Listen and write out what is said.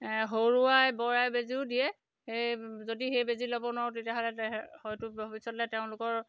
সৰু আই বৰ আই বেজীও দিয়ে এই যদি সেই বেজী ল'ব নোৱাৰোঁ তেতিয়াহ'লে হয়তো ভৱিষ্যতলৈ তেওঁলোকৰ